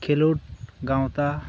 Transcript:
ᱠᱷᱮᱞᱚᱰ ᱜᱟᱶᱛᱟ